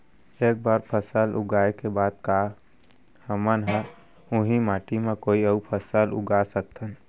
एक बार फसल उगाए के बाद का हमन ह, उही माटी मा कोई अऊ फसल उगा सकथन?